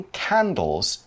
candles